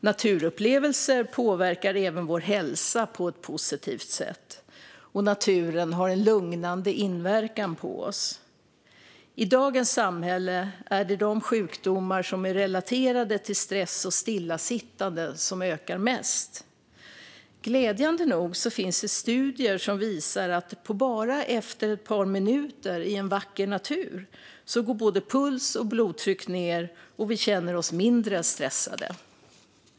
Naturupplevelser påverkar även vår hälsa på ett positivt sätt, och naturen har en lugnande inverkan på oss. I dagens samhälle är det sjukdomar som är relaterade till stress och stillasittande som ökar mest. Glädjande nog finns det studier som visar att efter bara några minuter i vacker natur går både puls och blodtryck ned, och vi känner oss mindre stressade.